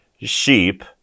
sheep